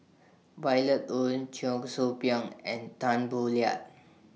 Violet Oon Cheong Soo Pieng and Tan Boo Liat